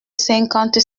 cinquante